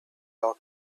out